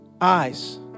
eyes